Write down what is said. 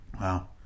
Wow